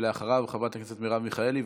אחריו, חברת הכנסת מרב מיכאלי.